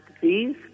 disease